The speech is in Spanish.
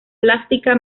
plástica